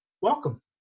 welcome